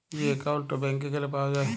ই account ব্যাংকে গ্যালে পাউয়া যায়